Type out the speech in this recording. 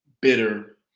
bitter